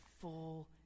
full